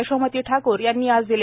यशोमती ठाकूर यांनी आज दिले